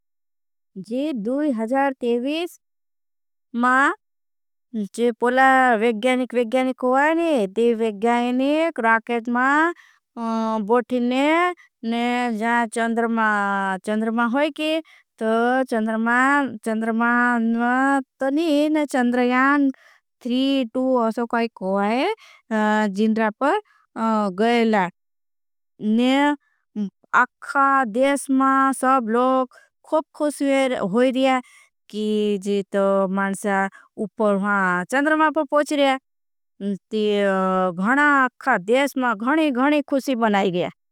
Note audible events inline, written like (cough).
जी मा जी पोला व्याख्यानिक व्याख्यानिक हूआ नी दी व्याख्यानिक। राकेज (hesitation) मा बोठीने ने जा चंदर्मा चंदर्मा होई की। तो चंदर्मा चंदर्मा तो (hesitation) नी ने चंदर्मा यान असो कोई। हूआ है जीन्डरा पर गए लाड़ ने (hesitation) अखा देश मा सब। लोग खो स्वेर होई दिया की जी तो मानसा उपर वहाँ चंदर्मा पर पोच। रहा है (hesitation) ती घणा अखा देश मा घणी घणी खुशी बनाई गया।